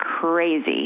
crazy